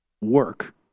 work